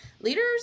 leaders